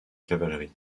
cavalerie